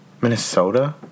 Minnesota